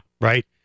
Right